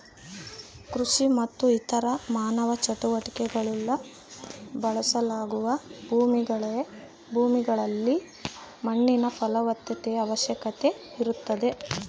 ಕೃಷಿ ಮತ್ತು ಇತರ ಮಾನವ ಚಟುವಟಿಕೆಗುಳ್ಗೆ ಬಳಸಲಾಗುವ ಭೂಮಿಗಳಲ್ಲಿ ಮಣ್ಣಿನ ಫಲವತ್ತತೆಯ ಅವಶ್ಯಕತೆ ಇರುತ್ತದೆ